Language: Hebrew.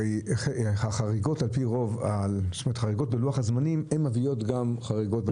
הרי החריגות בלוח הזמנים על פי רוב מביאות גם לחריגות בתקציב.